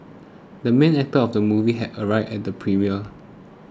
the main actor of the movie has arrived at the premiere